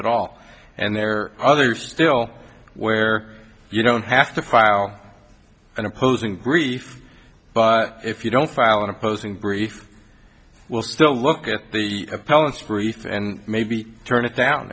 at all and there are others still where you don't have to file an opposing grief but if you don't file an opposing brief will still look at the appellant's brief and maybe turn it down